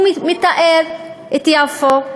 הוא מתאר את יפו,